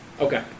Okay